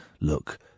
look